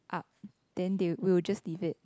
up then they will just leave it